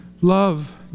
Love